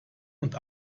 und